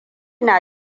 na